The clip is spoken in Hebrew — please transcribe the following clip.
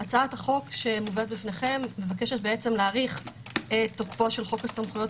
הצעת החוק שבפניכם מבקשת להאריך את תוקפו של חוק הסמכויות